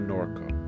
Norco